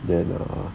then err